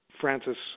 Francis